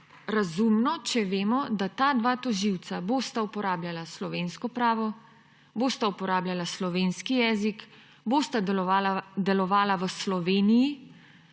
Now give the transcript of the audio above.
razumno, če vemo, da bosta ta dva tožilca uporabljala slovensko pravo, bosta uporabljala slovenski jezik, bosta delovala v Sloveniji